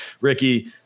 Ricky